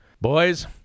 Boys